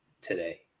today